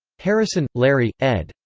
harrison, larry, ed.